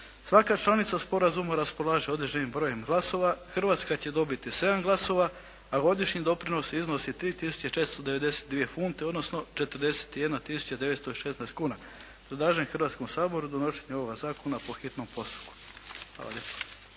Svaka članica sporazuma raspolaže određenim brojem glasova. Hrvatska će dobiti sedam glasova a godišnji doprinos iznosi 3 tisuće 492 funte odnosno 41 tisuća 916 kuna. Predlažem Hrvatskom saboru donošenje ovoga zakona po hitnom postupku. Hvala lijepo.